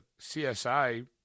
CSI